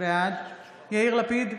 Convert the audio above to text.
בעד יאיר לפיד,